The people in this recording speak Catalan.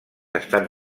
estan